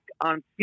on